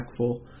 impactful